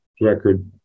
record